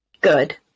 Good